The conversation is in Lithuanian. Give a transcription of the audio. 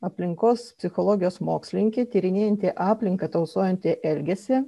aplinkos psichologijos mokslininkė tyrinėjanti aplinką tausojantį elgesį